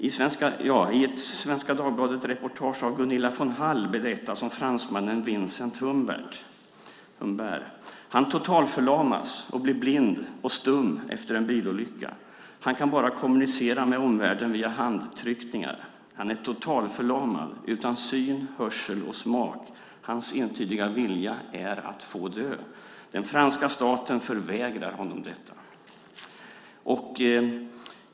I ett Svenska Dagbladet-reportage av Gunilla von Hall berättas om fransmannen Vincent Humbert. Han totalförlamas och blir blind och stum efter en bilolycka. Han kan bara kommunicera med omvärlden via handtryckningar. Han är totalförlamad utan syn, hörsel och smak. Hans entydiga vilja är att få dö. Den franska staten förvägrar honom detta.